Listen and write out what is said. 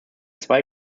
zwei